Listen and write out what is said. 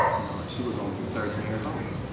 you know and she was only thirteen years old.